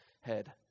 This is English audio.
head